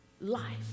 life